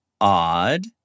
odd